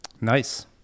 Nice